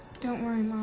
don't worry,